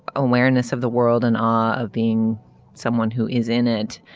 awareness of the world and ah of being someone who is in it.